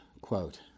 quote